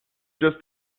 just